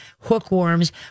hookworms